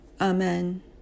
Amen